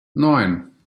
neun